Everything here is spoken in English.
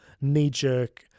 knee-jerk